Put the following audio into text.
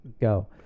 go